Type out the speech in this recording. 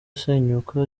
isenyuka